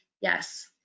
Yes